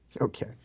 Okay